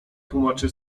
tłumaczy